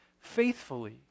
faithfully